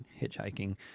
hitchhiking